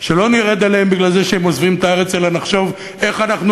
שלא נרד עליהם כי הם עוזבים את הארץ אלא נחשוב איך אנחנו